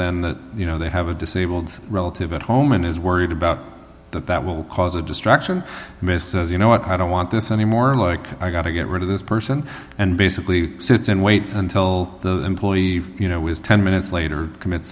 then that you know they have a disabled relative at home and is worried about that that will cause a distraction misses you know what i don't want this anymore i've got to get rid of this person and basically sits in wait until the employee you know is ten minutes later commit